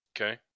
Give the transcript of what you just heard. Okay